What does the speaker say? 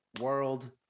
world